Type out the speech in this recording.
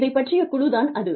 இதைப் பற்றிய குழு தான் அது